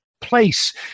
place